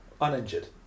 uninjured